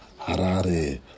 Harare